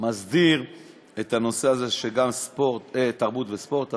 מסדיר את הנושא הזה שגם תרבות וספורט,